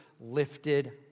lifted